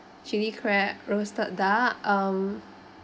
chili crab roasted duck um